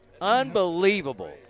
Unbelievable